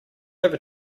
over